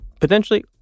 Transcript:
potentially